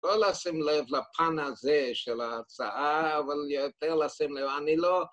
‫לא לשים לב לפן הזה של ההצעה, ‫אבל יותר לשים לב, אני לא...